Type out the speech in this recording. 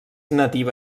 nativa